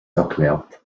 erklärt